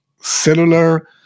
cellular